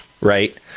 Right